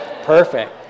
perfect